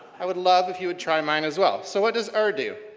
i would love if you would try mine as well, so what does ah do?